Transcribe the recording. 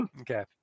Okay